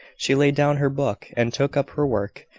she laid down her book, and took up her work,